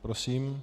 Prosím.